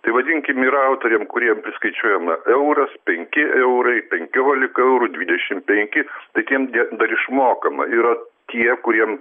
tai vadinkim yra autoriam kuriem priskaičiuojama euras penki eurai penkiolika eurų dvidešim penki tai tiem de dar išmokama yra tie kuriem